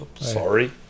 Sorry